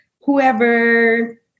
whoever